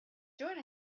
doing